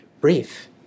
brief